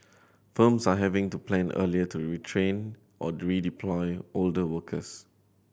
firms are having to plan earlier to retrain or redeploy older workers